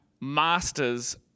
master's